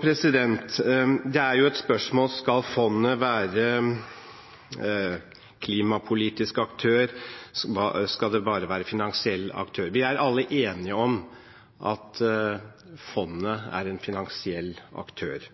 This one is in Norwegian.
Det er et spørsmål om fondet skal være klimapolitisk aktør, eller om det bare skal være finansiell aktør. Vi er alle enige om at fondet er en finansiell aktør.